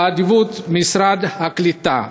באדיבות משרד העלייה והקליטה.